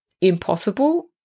impossible